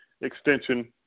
extension